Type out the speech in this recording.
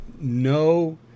no